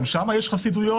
גם שם יש חסידויות.